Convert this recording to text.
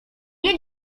nie